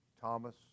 Thomas